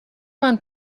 man